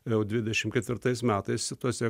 jau dvidešim ketvirtais metais tuose